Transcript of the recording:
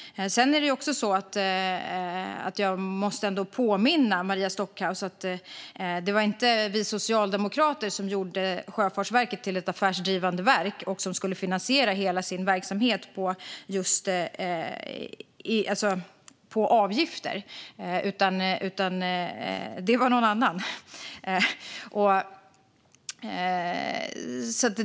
Sedan måste jag ändå påminna Maria Stockhaus om att det inte var vi socialdemokrater som gjorde Sjöfartsverket till ett affärsdrivande verk som skulle finansiera hela sin verksamhet med avgifter, utan det var någon annan.